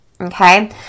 okay